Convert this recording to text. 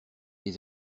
des